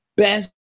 best